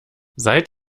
seid